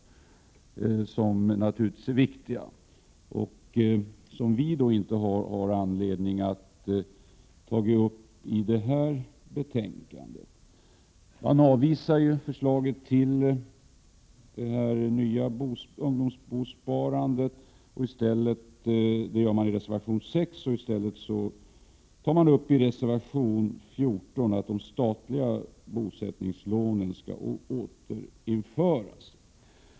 Det är naturligtvis viktiga frågor, men vi har inte tagit upp dem i detta betänkande. I reservation 6 avvisar vpk förslaget om det nya ungdomsbosparandet. Däremot föreslår man i reservation 14 att de statliga bosättningslånen skall återinföras.